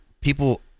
people